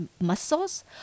muscles